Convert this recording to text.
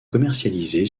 commercialisé